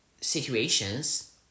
situations